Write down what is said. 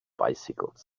bicycles